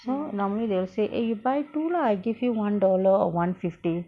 so normally they will say eh you buy two lah I give you one dollar or one fifty